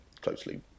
closely